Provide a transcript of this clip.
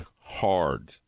hard